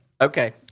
Okay